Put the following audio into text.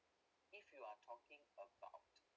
if you are talking about